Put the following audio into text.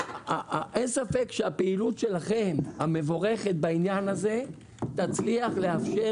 שאין ספק שהפעילות המבורכת שלכם בעניין הזה תצליח לאפשר